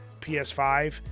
PS5